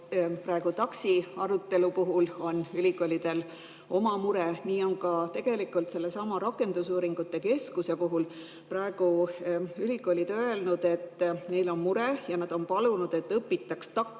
[eelnõu] arutelu puhul on ülikoolidel oma mure, nii on ka tegelikult sellesama rakendusuuringute keskuse puhul. Praegu on ülikoolid öelnud, et neil on mure, ja nad on palunud, et õpitaks